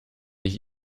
ich